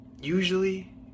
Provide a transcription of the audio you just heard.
usually